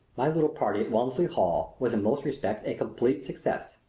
my little party at walmsley hall was in most respects a complete success.